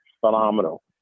phenomenal